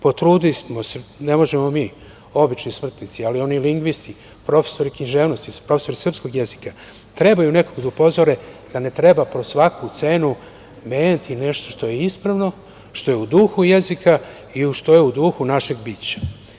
Potrudimo se, ne možemo mi, obični smrtnici, ali oni lingvisti, profesori književnosti, profesori srpskog jezika, trebaju nekoga da upozore da ne treba po svaku cenu menjati nešto što je ispravno, što je u duhu jezika i što je u duhu našeg bića.